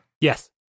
Yes